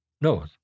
No